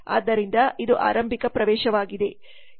ಆದ್ದರಿಂದ ಇದು ಆರಂಭಿಕ ಪ್ರವೇಶವಾಗಿದೆ